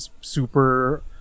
super